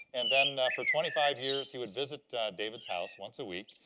and then for twenty five years, he would visit david's house, once a week,